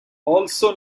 also